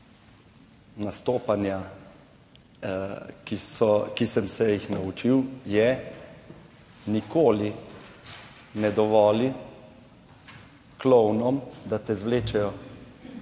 nastopanja, ki so, ki sem se jih naučil je, nikoli ne dovoli klovnom, da te zvlečejo